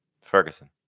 Ferguson